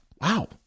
Wow